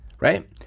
right